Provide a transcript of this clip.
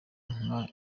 nka